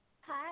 Hi